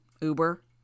Uber